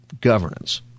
governance